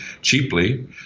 cheaply